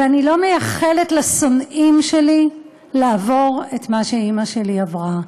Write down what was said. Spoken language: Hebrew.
ואני לא מאחלת לשונאים שלי לעבור את מה שאימא שלי עברה.